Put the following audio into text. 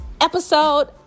episode